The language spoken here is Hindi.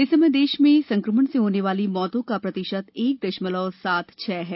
इस समय देश में संक्रमण से होने वाली मौतों का प्रतिशत एक दशमलव सात छह है